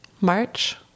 March